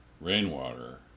rainwater